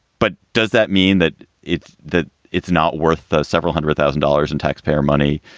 but does that mean that it's that it's not worth ah several hundred thousand dollars in taxpayer money?